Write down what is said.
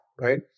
right